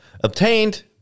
obtained